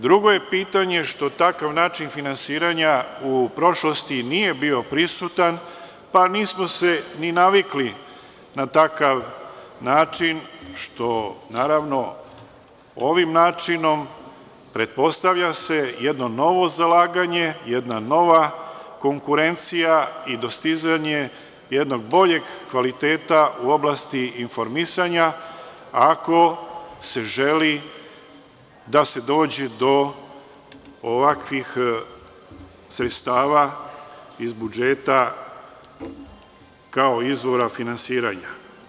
Drugo je pitanje što takav način finansiranja u prošlosti nije bio prisutan, pa se nismo ni navikli na takav način, što, naravno, ovim načinom pretpostavlja se jedno novo zalaganje, jedna nova konkurencija i dostizanje jednog boljeg kvaliteta u oblasti informisanja ako se želi da se dođe do ovakvih sredstava iz budžeta kao izvora finansiranja.